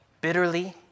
bitterly